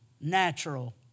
natural